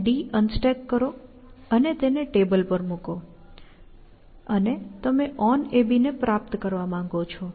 તમે D unstack કરો અને તેને ટેબલ પર મૂકો અને તમે onAB ને પ્રાપ્ત કરવા માંગો છો